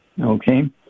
Okay